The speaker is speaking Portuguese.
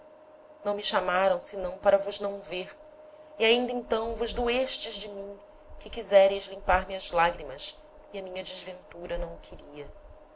não me chamaram senão para vos não ver e ainda então vos doestes de mim que quisereis limpar me as lagrimas e a minha desventura não o queria